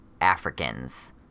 Africans